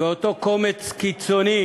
ואותו קומץ קיצוני